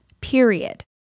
Period